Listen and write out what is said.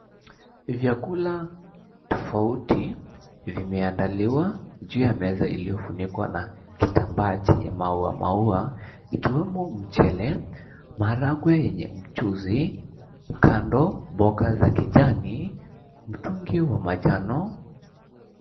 Vyakula tofauti vimeandaliwa juu ya meza iliyofunikwa na kitambaa chenye maua maua ikiwemo mchele, maharagwe yenye mchuzi, kando, mboga za kijani, mtungi wa manjano.